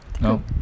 no